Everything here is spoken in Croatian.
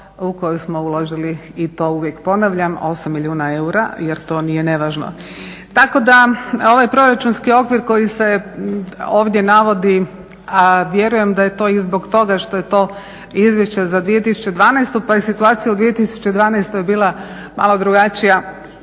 u koji smo uložili i to uvijek ponavljam, 8 milijuna eura jer to nije nevažno. Tako da ovaj proračunski okvir koji se ovdje navodi, a vjerujem da je to i zbog toga što je to izvješće za 2012. pa je situacija u 2012. bila malo drugačija,